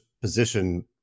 position